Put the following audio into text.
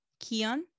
Kion